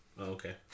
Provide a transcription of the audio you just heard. okay